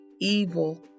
evil